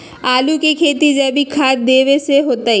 आलु के खेती जैविक खाध देवे से होतई?